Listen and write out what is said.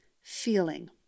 feeling